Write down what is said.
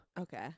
Okay